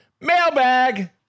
mailbag